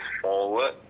forward